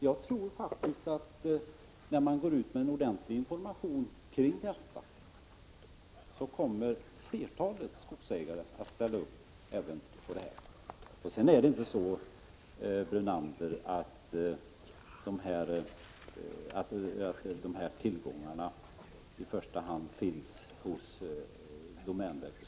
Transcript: Jag tror faktiskt att när man går ut med en ordentlig information kring detta kommer flertalet skogsägare att ställa upp även på det. De här tillgångarna, Lennart Brunander, finns inte i första hand hos domänverket.